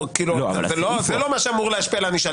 זה לא מה שאמור להשפיע על הענישה.